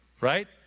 right